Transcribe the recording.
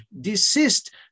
desist